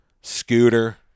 scooter